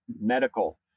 medical